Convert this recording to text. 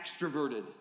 extroverted